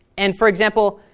and for example,